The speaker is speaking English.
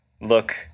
look